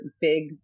big